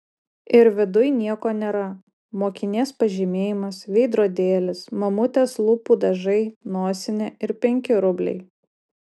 ir viduj nieko nėra mokinės pažymėjimas veidrodėlis mamutės lūpų dažai nosinė ir penki rubliai